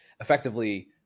effectively